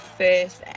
first